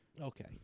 Okay